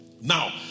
Now